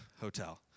hotel